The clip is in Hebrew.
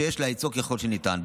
שיש להאיצו ככל שניתן.